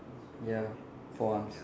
ya four arms